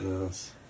Yes